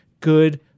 good